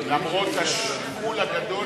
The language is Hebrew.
למרות השיקול הגדול,